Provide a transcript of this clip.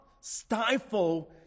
stifle